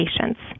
patients